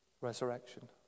resurrection